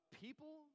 people